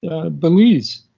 belize.